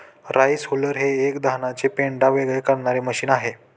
rice huller हे एक धानाचे पेंढा वेगळे करणारे मशीन आहे